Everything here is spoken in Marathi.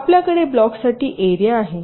तरआपल्याकडे ब्लॉकसाठी एरिया आहे